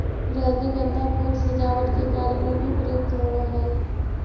रजनीगंधा फूल सजावट के कार्य में भी प्रयुक्त होवऽ हइ